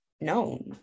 known